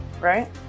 right